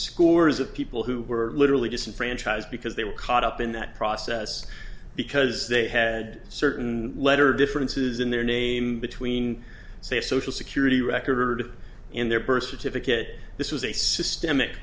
scores of people who were literally disenfranchised because they were caught up in that process because they had certain letter differences in their name between save social security record in their birth certificate this was a systemic